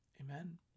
Amen